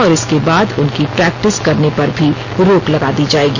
और इसके बाद उनकी प्रैक्टिस करने पर भी रोक लगा दी जाएगी